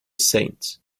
saints